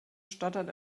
stottert